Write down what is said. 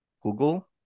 Google